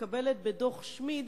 מקבלת לפי דוח-שמיד